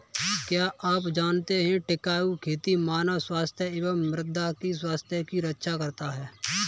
क्या आप जानते है टिकाऊ खेती मानव स्वास्थ्य एवं मृदा की स्वास्थ्य की रक्षा करता हैं?